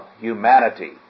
humanity